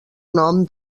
nom